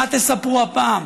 מה תספרו הפעם,